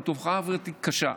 זו תופעה, והיא קשה.